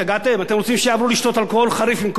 אתם רוצים שיעברו לשתות אלכוהול חריף במקום בירה?